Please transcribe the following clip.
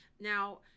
Now